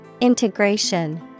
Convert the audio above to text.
Integration